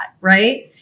right